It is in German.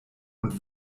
und